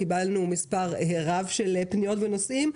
קיבלנו מספר רב של פניות ונושאים,